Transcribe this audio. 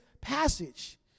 passage